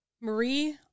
Marie